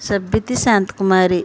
Sabbithi Santhi Kumari